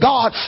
God